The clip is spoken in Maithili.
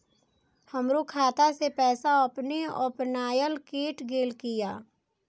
हमरो खाता से पैसा अपने अपनायल केट गेल किया?